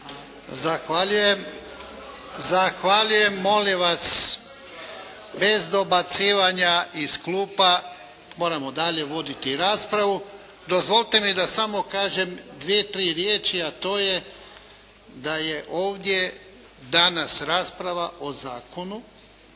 Ivan (HDZ)** Zahvaljujem. Molim vas, bez dobacivanja iz klupa. Moramo dalje voditi raspravu. Dozvolite mi da samo kažem dvije, tri riječi a to je da je ovdje danas rasprava o zakonu,